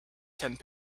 tent